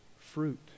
fruit